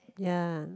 ya